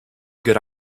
good